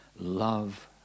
Love